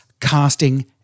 casting